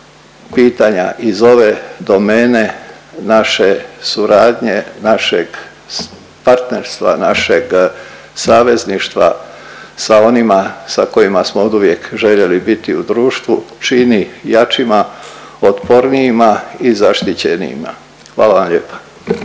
pitanja iz ove domene, naše suradnje, našeg partnerstva, našeg savezništva sa onima sa kojima smo oduvijek željeli biti u društvu čini jačima, otpornijima i zaštićenijima. Hvala vam lijepa.